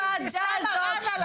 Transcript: בוועדה הזאת --- חברת הכנסת רוזין,